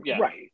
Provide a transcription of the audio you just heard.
Right